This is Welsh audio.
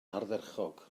ardderchog